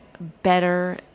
better